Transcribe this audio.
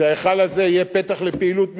שההיכל הזה יהיה פתח לפעילות מיסיונרית,